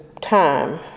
time